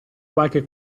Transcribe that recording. qualche